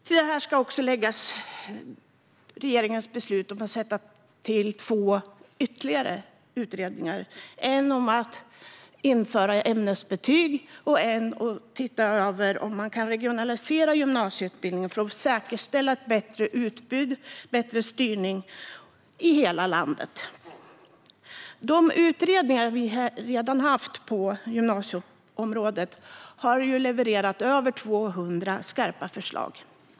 Till detta ska läggas regeringens beslut om att tillsätta ytterligare två utredningar, en om att införa ämnesbetyg och en om att titta över om gymnasieutbildningen kan regionaliseras för att säkerställa ett bättre utbud och en bättre styrning i hela landet. De utredningar vi redan har haft på gymnasieområdet har levererat över 200 skarpa förslag.